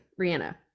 Rihanna